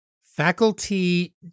Faculty